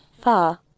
far